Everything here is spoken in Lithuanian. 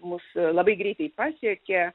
mus labai greitai pasiekė